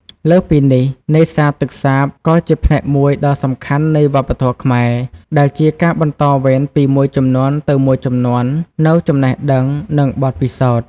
លើសពីនេះ នេសាទទឹកសាបក៏ជាផ្នែកមួយដ៏សំខាន់នៃវប្បធម៌ខ្មែរ ដែលជាការបន្តវេនពីមួយជំនាន់ទៅមួយជំនាន់នូវចំណេះដឹង និងបទពិសោធន៍។